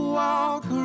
walk